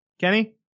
Kenny